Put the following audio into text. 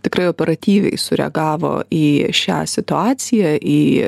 tikrai operatyviai sureagavo į šią situaciją į